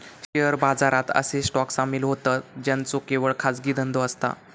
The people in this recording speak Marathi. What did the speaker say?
शेअर बाजारात असे स्टॉक सामील होतं ज्यांचो केवळ खाजगी धंदो असता